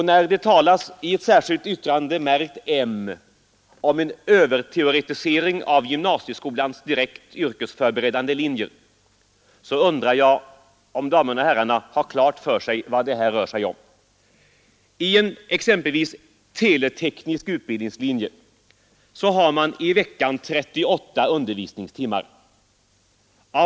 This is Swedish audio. När det i ett särskilt yttrande, märkt , talas om en överteoretisering av gymnasieskolans direkt yrkesförberedande linjer, undrar jag om damerna och herrarna har klart för sig vad det här rör sig om, På exempelvis en teleteknisk utbildningslinje har man 38 undervisningstimmar i veckan.